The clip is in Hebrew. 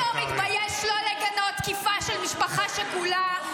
אתה לא מתבייש לא לגנות תקיפה של משפחה שכולה?